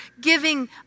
giving